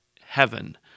heaven